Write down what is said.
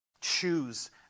choose